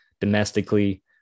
domestically